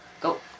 Go